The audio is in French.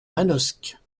manosque